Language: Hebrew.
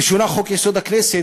ושונה חוק-יסוד: הכנסת,